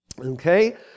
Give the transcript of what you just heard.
okay